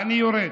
אני יורד.